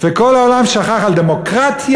וכל העולם שכח על דמוקרטיה,